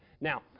Now